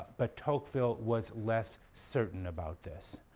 but tocqueville was less certain about this,